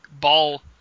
ball